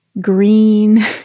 green